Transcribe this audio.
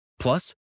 Plus